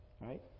right